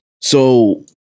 So-